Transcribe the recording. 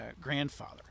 grandfather